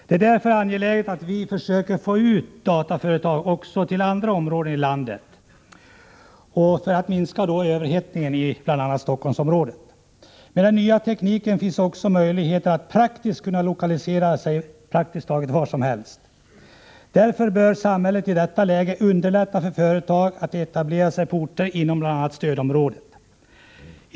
Det är angeläget att vi försöker få ut dataföretag också till andra områden i landet för att minska överhettningen i bl.a. Stockholmsområdet. Med den nya tekniken finns också möjlighet att lokalisera sig praktiskt taget var som helst. Därför bör samhället i detta läge underlätta för företag att etablera sig på orter inom bl.a. stödområdet.